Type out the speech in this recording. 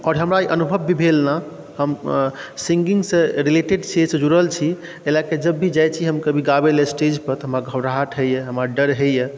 आओर हमरा ई अनुभव भी भेल ने हम सिंगिङ्गसँ रिलेटेड छिए एहिसँ जुड़ल छी एहि लऽ कऽ जब भी जाइ छी हम कभी गाबैलए स्टेजपर हमरा घबराहट होइए हमरा डर होइए